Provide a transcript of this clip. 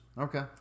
Okay